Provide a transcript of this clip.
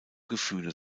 gefühle